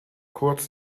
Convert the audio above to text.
kurz